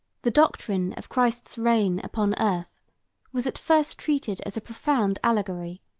the doctrine of christ's reign upon earth was at first treated as a profound allegory,